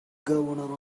governor